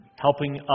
helping